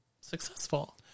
successful